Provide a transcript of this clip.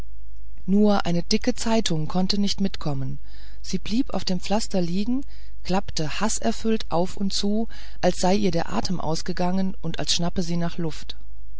nur eine dicke zeitung konnte nicht mitkommen sie blieb auf dem pflaster liegen und klappte haßerfüllt auf und zu als sei ihr der atem ausgegangen und als schnappe sie nach luft